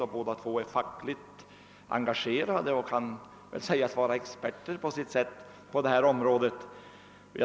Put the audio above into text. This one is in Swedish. Dessa personer är fackligt engagerade och kan på sätt och vis sägas vara experter på detta område.